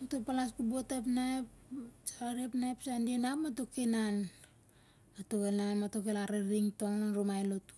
Mato palas ko'bot ap na ep sarare ap na ep sande ma, ap mato ki inan. Mato' ki inan, mato' el araring tong an rumai lotu.